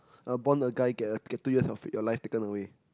uh born a guy get get two years of life taken away